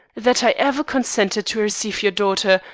that i ever consented to receive your daughter,